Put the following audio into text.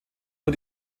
nur